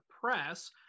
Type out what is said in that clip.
press